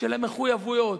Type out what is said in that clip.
של המחויבויות,